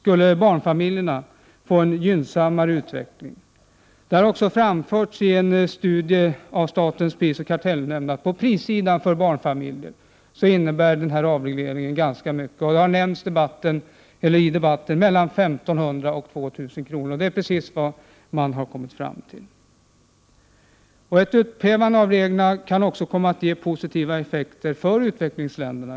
Det framgår av en studie som utförts av statens prisoch kartellnämnd att på prissidan innebär den här avregleringen ganska mycket för barnfamiljerna. I debatten har det talats om mellan 1 500 och 2 000 kr., och det är precis vad man har kommit fram till. Ett upphävande av reglerna kan också komma att ge positiva effekter för utvecklingsländerna.